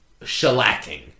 shellacking